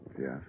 Yes